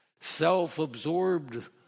self-absorbed